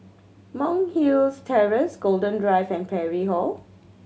Monk Hill's Terrace Golden Drive and Parry Hall